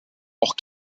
auch